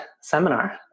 seminar